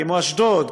כמו אשדוד,